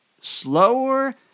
slower